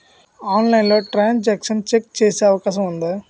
ఆన్లైన్లో transaction check చేసే అవకాశం ఉందా?